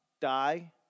die